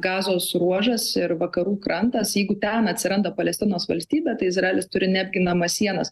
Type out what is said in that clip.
gazos ruožas ir vakarų krantas jeigu ten atsiranda palestinos valstybė tai izraelis turi neapginamas sienas